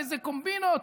באיזה קומבינות.